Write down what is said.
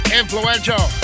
influential